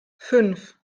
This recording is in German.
fünf